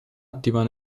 attiva